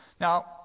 Now